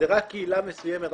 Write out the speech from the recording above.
רק קהילה מסוימת,